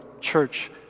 church